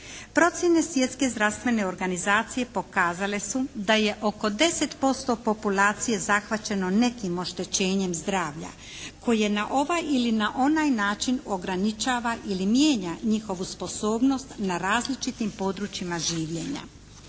Procjene Svjetske zdravstvene organizacije pokazale su da je oko 10% populacije zahvaćeno nekim oštećenjem zdravlja koje na ovaj ili na onaj način ograničava ili mijenja njihovu sposobnost na različitim područjima življenja.